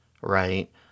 right